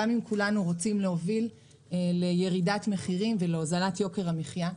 גם אם כולנו רוצים להוביל לירידת מחירים ולהוזלת יוקר המחיה.